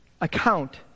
account